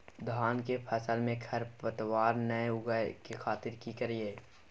धान के फसल में खरपतवार नय उगय के खातिर की करियै?